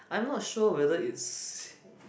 I'm not sure whether it's